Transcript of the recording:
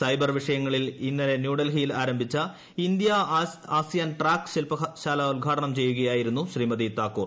cyber വിഷയങ്ങളിൽ ഇന്നലെ ന്യൂഡൽഹിയിൽ ആരംഭിച്ച ഇന്ത്യ ആസിയാൻ ട്രാക്ക് ശിൽപശാല ഉദ്ഘാടനം ചെയ്യുകയായിരുന്നു ശ്രീമതി താക്കൂർ